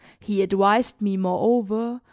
he advised me, moreover,